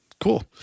cool